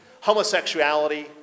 Homosexuality